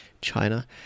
China